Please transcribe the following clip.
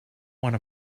one